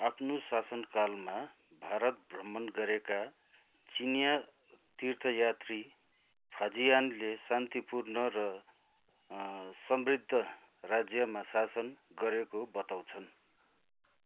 आफ्नो शासनकालमा भारत भ्रमण गरेका चिनियाँ तीर्थयात्री फाजियानले शान्तिपूर्ण र समृद्ध राज्यमा शासन गरेको बताउँछन्